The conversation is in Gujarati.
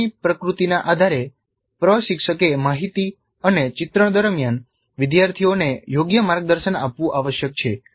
સામગ્રીની પ્રકૃતિના આધારે પ્રશિક્ષકે માહિતી અને ચિત્રણ દરમિયાન વિદ્યાર્થીઓને યોગ્ય માર્ગદર્શન આપવું આવશ્યક છે